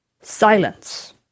Silence